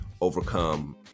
overcome